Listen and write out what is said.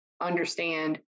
understand